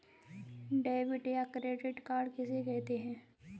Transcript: Debit या credit card किसे कहते हैं?